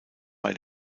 bei